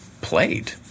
played